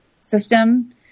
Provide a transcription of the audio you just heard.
system